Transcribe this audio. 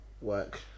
work